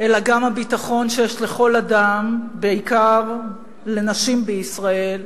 אלא גם הביטחון שיש לכל אדם, בעיקר לנשים בישראל,